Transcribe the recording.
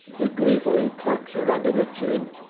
he gleefully chucks her under the chin,